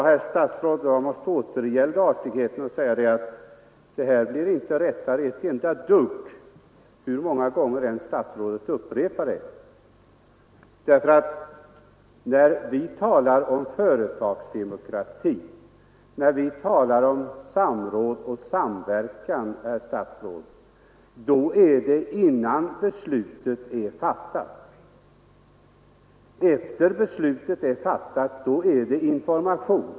Herr talman! Jag måste återgälda artigheten, herr statsråd, och säga att det inte blir ett enda dugg mer rätt hur många gånger statsrådet än upprepar sina påståenden. När vi talar om företagsdemokrati och när vi talar om samråd och samverkan gäller det, herr statsråd, innan beslutet är fattat. Sedan beslutet har fattats är det information.